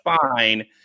fine